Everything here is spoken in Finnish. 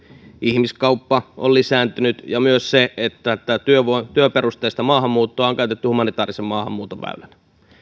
ihmiskauppa on lisääntynyt ja myös sitä että tätä työperusteista maahanmuuttoa on käytetty humanitäärisen maahanmuuton väylänä